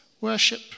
worship